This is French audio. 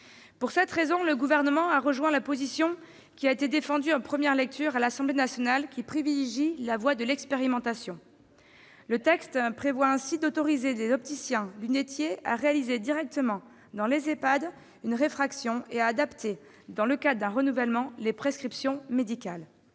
Pour cette raison, le Gouvernement appuie la position adoptée par l'Assemblée nationale, qui privilégie la voie de l'expérimentation. Le texte prévoit ainsi d'autoriser les opticiens-lunetiers à réaliser directement dans les EHPAD une réfraction et à adapter, dans le cadre d'un renouvellement, les prescriptions médicales.